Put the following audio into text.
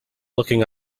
looking